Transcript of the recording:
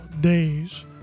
days